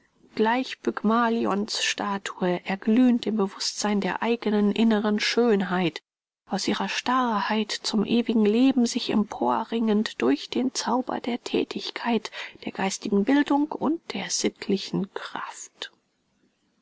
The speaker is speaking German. gleich pygmalion's statue erglühend im bewußtsein der eigenen inneren schönheit aus ihrer starrheit zum ewigen leben sich empor ringend durch den zauber der thätigkeit der geistigen bildung und der sittlichen kraft